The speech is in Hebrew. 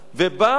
ובאו